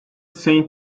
saint